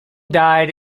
died